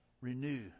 renew